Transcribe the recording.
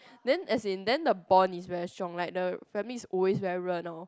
then as in then bond is very strong like the family is always very 热闹:renao